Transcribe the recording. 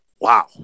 wow